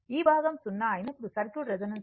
ఈ భాగం 0 అయినప్పుడు సర్క్యూట్ రెసోనెన్స్ లో ఉంటుంది